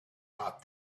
not